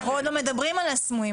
עוד לא הגענו לסמויים,